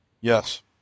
Yes